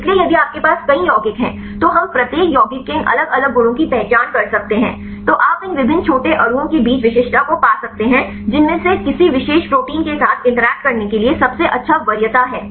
इसलिए यदि आपके पास कई यौगिक हैं तो हम प्रत्येक यौगिक के इन अलग अलग गुणों की पहचान कर सकते हैं तो आप इन विभिन्न छोटे अणुओं के बीच विशिष्टता को पा सकते हैं जिनमें से किसी विशेष प्रोटीन के साथ इंटरैक्ट करने के लिए सबसे अच्छा वरीयता है